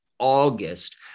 August